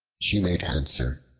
she made answer,